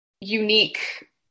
unique